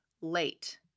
late